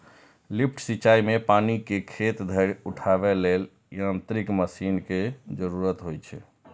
lift सिंचाइ मे पानि कें खेत धरि उठाबै लेल यांत्रिक मशीन के जरूरत होइ छै